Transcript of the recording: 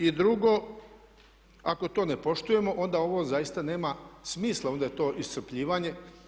I drugo ako to ne poštujemo onda ovo zaista nema smisla, onda je to iscrpljivanje.